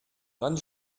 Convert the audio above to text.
dann